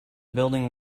building